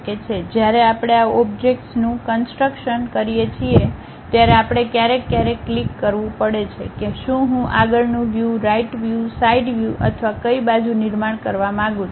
જ્યારે આપણે આ ઓબ્જેક્ટ્સનું કન્સટ્રક્શન કરીએ છીએ ત્યારે આપણે ક્યારેક ક્યારેક ક્લિક કરવું પડે છે કે શું હું આગળનું view right view side view અથવા કઇ બાજુ નિર્માણ કરવા માંગું છું